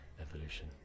evolution